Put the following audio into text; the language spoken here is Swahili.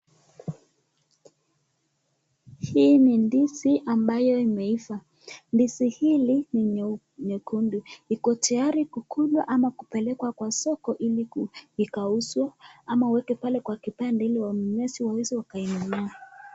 Hii ni ndizi ambayo imeiva, ndizi hili ni nyekundu. Iko tayari kukulwa ama kupelekwa kwa soko ili ikauzwe ama iwekwe pale kwa kibanda ili wanunuaji waweze wakanunua.